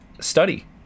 study